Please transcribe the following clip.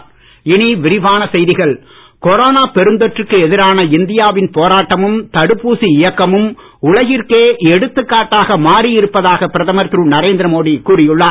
மன் கி பாத் பெருந்தொற்றுக்கு எதிரான கொரோனா இந்தியாவின் போராட்டமும் தடுப்பூசி இயக்கமும் உலகிற்கே எடுத்துக்காட்டாக மாறி இருப்பதாக பிரதமர் திரு நரேந்திர மோடி கூறி உள்ளார்